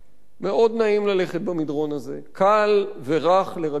מאוד נעים ללכת במדרון הזה, קל ורך לרגלי ההולך.